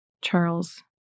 Charles